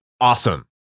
awesome